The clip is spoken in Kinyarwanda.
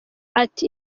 ati